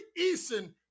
Eason